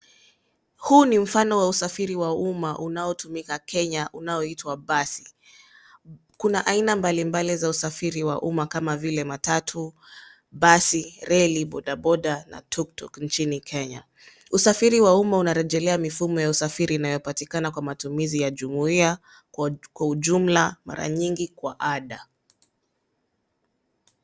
Huu ni mfano wa usafiri wa umma unaotumika Kenya unaoitwa basi. Kuna aina mbalimbali za usafiri wa umma kama vile matatu, basi, reli, bodaboda na tuk tuk inchini Kenya. Usafiri wa umma unarejelea mifumo ya usafiri inayopatikana kwa matumizi ya jumuia kwa ujumla mara mingi kwa ada.